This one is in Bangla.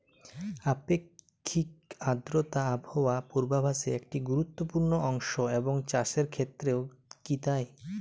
আপেক্ষিক আর্দ্রতা আবহাওয়া পূর্বভাসে একটি গুরুত্বপূর্ণ অংশ এবং চাষের ক্ষেত্রেও কি তাই?